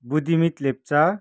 Buddhimit Lepcha